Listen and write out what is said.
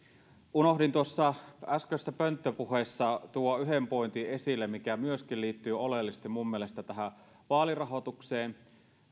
unohdin tuossa äskeisessä pönttöpuheessa tuoda esille yhden pointin mikä myöskin liittyy oleellisesti minun mielestäni tähän vaalirahoitukseen